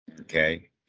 Okay